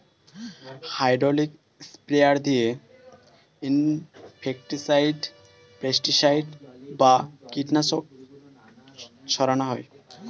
hydraulic sprayer দিয়ে insecticide, pesticide বা কীটনাশক ছড়ান হয়